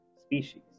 species